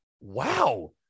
wow